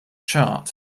chart